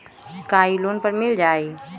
का इ लोन पर मिल जाइ?